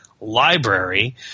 library